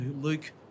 Luke